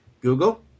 Google